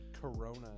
Corona